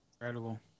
incredible